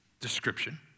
description